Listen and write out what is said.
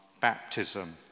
baptism